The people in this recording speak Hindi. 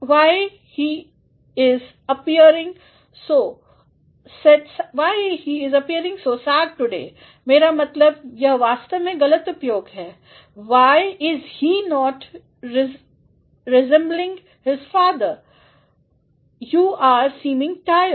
Y he is appearing so sad today मेरा मतलब यह वास्तव में गलत उपयोग है why is he not resembling his father you are seeming tired